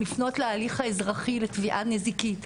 לפנות להליך האזרחי לתביעה נזיקית.